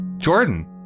Jordan